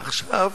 עכשיו,